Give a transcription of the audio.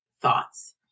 thoughts